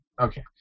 Okay